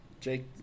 Jake